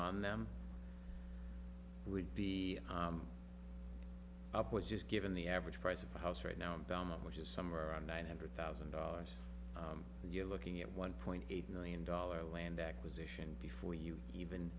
on them would be up was just given the average price of a house right now down which is some around nine hundred thousand dollars and you're looking at one point eight million dollar land acquisition before you even